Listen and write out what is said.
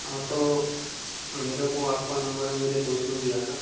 हाँ तो मेरे को आपका नंबर मेरे दोस्त ने दिया था